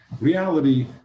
reality